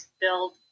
build